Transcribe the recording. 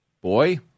boy